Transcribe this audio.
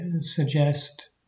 suggest